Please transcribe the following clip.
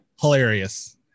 Hilarious